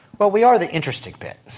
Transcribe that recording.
but we are the interesting bit,